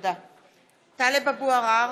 (קוראת בשמות חברי הכנסת) טלב אבו עראר,